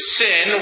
sin